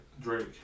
Drake